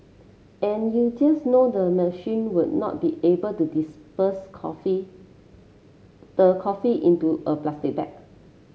and you just know the machine would not be able to dispense coffee the coffee into a plastic bag